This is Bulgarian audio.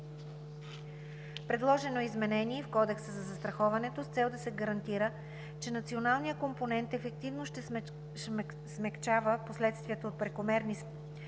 Предложено е изменение и в Кодекса за застраховането с цел да се гарантира, че националният компонент ефективно ще смекчава последствията от прекомерни спредове